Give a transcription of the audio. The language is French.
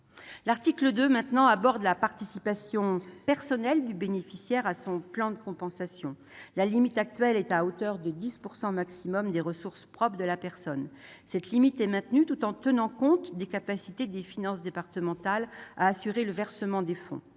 L'article 2 aborde la participation personnelle du bénéficiaire à son plan de compensation. La limite actuelle est à hauteur de 10 % maximum des ressources propres de la personne. Le texte la maintient, tout en tenant compte des capacités des finances départementales à assurer le versement des fonds,